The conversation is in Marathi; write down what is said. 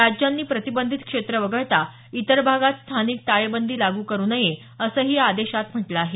राज्यांनी प्रतिबंधित क्षेत्र वगळता इतर भागात स्थानिक टाळेबंदी लागू करु नये असंही या आदेशात म्हटलं आहे